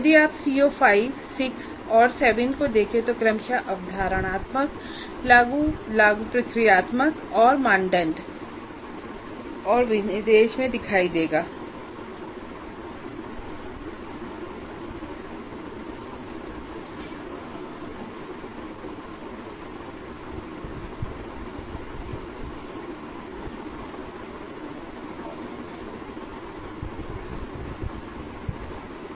यदि आप CO5 CO6 CO7 को देखें तो वे क्रमशः अवधारणात्मक प्रक्रियात्मक और मानदंड और विनिर्देश में दिखाई देंगे